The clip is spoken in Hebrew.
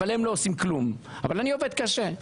והם לא עושים כלום אבל אני עובד קשה.